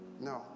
No